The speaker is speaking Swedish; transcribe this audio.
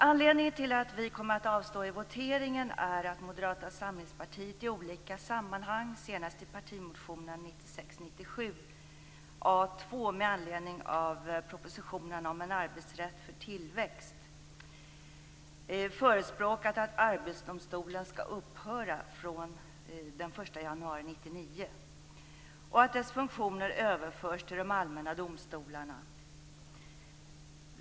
Anledningen till att vi avstår i voteringen är att Moderata samlingspartiet i olika sammanhang - senast i partimotionen 1996/97:A2, med anledning av propositionen om en arbetsrätt för tillväxt - förespråkat att Arbetsdomstolen skall upphöra från den 1 januari 1999 och dess funktioner överföras till de allmänna domstolarna.